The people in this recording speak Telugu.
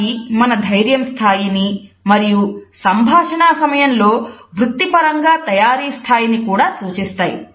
అవి మన ధైర్యం స్థాయిని మరియు సంభాషణ సమయంలో వృత్తిపరంగా తయారీస్థాయిని కూడా సూచిస్తాయి